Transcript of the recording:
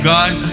God